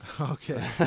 Okay